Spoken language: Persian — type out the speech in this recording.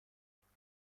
ببوسمت